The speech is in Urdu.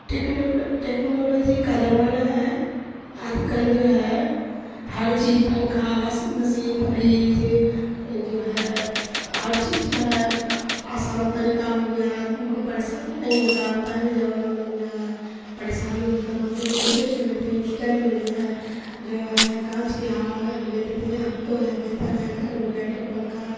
ٹیکنالو ٹیکنالوجی کا زمانہ ہے آج کل جو ہے ہر چیز پنکھا واسنگ مسین فڑیج جو ہے ہر چیز جو ہے آسان طریقہ ہو گیا آدمی کو پریشانی نہیں ہوتا ہے پہلے زمانہ میں جو ہے پریشانی ہوتا تھا ہم لوگ چھوٹے چھوٹے تھے اس ٹائم میں جو ہے جو ہے گاچ کی ہوا لیتے تھے اب تو ہے بہتر ہے گھر میں بیٹھو پنکھا